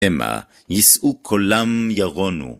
המה, ישאו קולם ירונו.